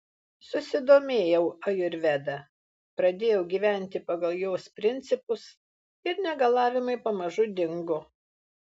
susidomėjau ajurveda pradėjau gyventi pagal jos principus ir negalavimai pamažu dingo